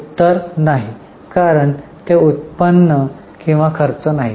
उत्तर नाही कारण ते उत्पन्न किंवा खर्च नाही